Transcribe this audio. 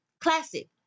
Classic